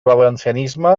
valencianisme